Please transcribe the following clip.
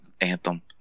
Anthem